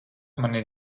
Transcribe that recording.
mani